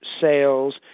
sales